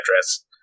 address